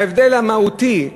ההבדל המהותי,